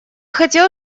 хотел